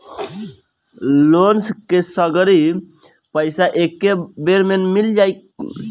Loan के सगरी पइसा एके बेर में मिल जाई?